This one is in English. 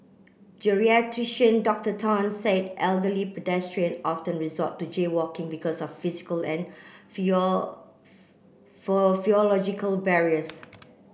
Geriatrician Doctor Tan said elderly pedestrian often resort to jaywalking because of physical and barriers